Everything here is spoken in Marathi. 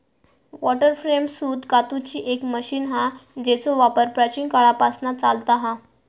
वॉटर फ्रेम सूत कातूची एक मशीन हा जेचो वापर प्राचीन काळापासना चालता हा